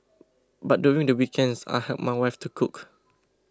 but during the weekends I help my wife to cook